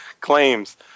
claims